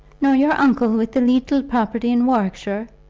nor your uncle with the leetle property in warwickshire?